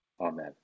Amen